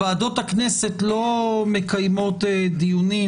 ועדות הכנסת לא מקיימות דיונים,